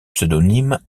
pseudonyme